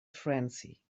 frenzy